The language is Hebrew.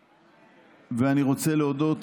אני רוצה להודות